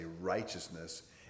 righteousness